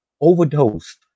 overdosed